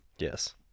Yes